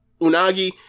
Unagi